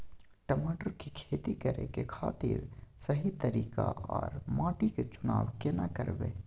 टमाटर की खेती करै के खातिर सही तरीका आर माटी के चुनाव केना करबै?